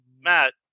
Matt